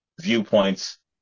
viewpoints